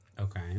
Okay